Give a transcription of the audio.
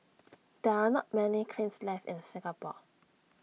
there are not many kilns left in Singapore